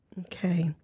Okay